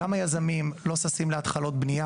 גם היזמים לא ששים להתחלות בנייה,